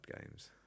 games